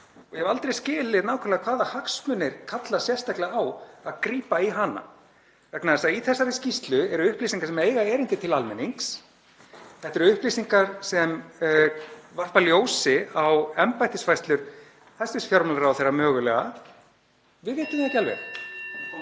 ég hef aldrei skilið nákvæmlega hvaða hagsmunir kalla sérstaklega á að grípa í hana vegna þess að í þessari skýrslu eru upplýsingar sem eiga erindi til almennings. Þetta eru upplýsingar sem varpa ljósi á embættisfærslur hæstv. fjármálaráðherra, mögulega. (Forseti hringir.)